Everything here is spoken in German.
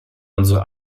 unsere